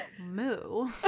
moo